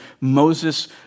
Moses